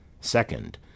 Second